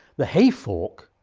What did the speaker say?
the hayfork,